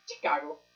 Chicago